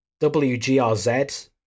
wgrz